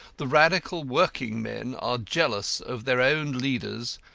the radical working men are jealous of their own leaders,